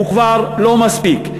הוא כבר לא מספיק.